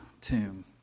tomb